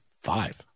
Five